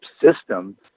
system